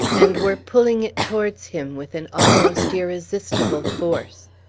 and were pulling it towards him with an almost irresistible force.